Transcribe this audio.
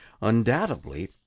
undoubtedly